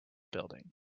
building